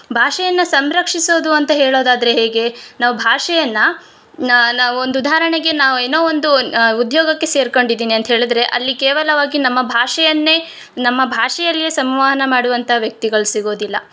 ಭಾಷೆಯನ್ನ ಸಂರಕ್ಷಿಸೋದು ಅಂತ ಹೇಳೋದಾದ್ರೆ ಹೇಗೆ ನಾವು ಭಾಷೆಯನ್ನು ನಾವೊಂದು ಉದಾಹರಣೆಗೆ ನಾ ಏನೋ ಒಂದು ಉದ್ಯೋಗಕ್ಕೆ ಸೇರ್ಕೊಂಡಿದಿನಿ ಅಂತ್ಹೇಳದ್ರೆ ಅಲ್ಲಿ ಕೇವಲವಾಗಿ ನಮ್ಮ ಭಾಷೆಯನ್ನೇ ನಮ್ಮ ಭಾಷೆಯಲ್ಲಿಯೇ ಸಂವಹನ ಮಾಡುವಂಥ ವ್ಯಕ್ತಿಗಳು ಸಿಗೋದಿಲ್ಲ